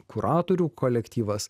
kuratorių kolektyvas